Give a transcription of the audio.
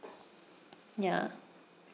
ya